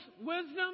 wisdom